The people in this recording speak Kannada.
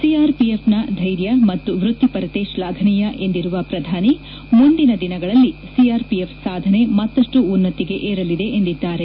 ಸಿಆರ್ಪಿಎಫ್ನ ಧ್ವೆರ್ಯ ಮತ್ತು ವೃತ್ತಿಪರತೆ ಶ್ಲಾಘನೀಯ ಎಂದಿರುವ ಪ್ರಧಾನಿ ಮುಂದಿನ ದಿನಗಳಲ್ಲಿ ಸಿಆರ್ಪಿಎಫ್ ಸಾಧನೆ ಮತ್ತಷ್ಲು ಉನ್ನತಿಗೆ ಏರಲಿದೆ ಎಂದಿದ್ದಾರೆ